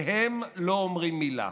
והם לא אומרים מילה.